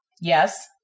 yes